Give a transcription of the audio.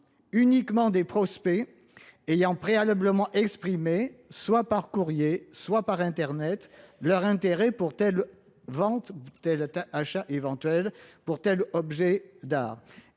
uniquement des prospects ayant préalablement exprimé, soit par courrier, soit par internet, leur intérêt pour tel vente, tel achat éventuel, pour tel objet d'art.